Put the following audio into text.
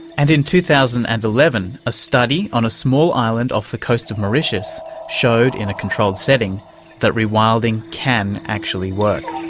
and in two thousand and eleven a study on a small island off the coast of mauritius showed in a controlled setting that rewilding can actually work.